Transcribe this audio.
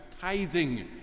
tithing